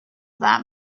that